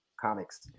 comics